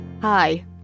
Hi